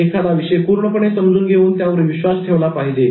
एखादा विषय पूर्णपणे समजून घेऊन त्यावर विश्वास ठेवला पाहिजे